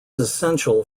essential